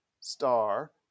star